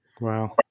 Wow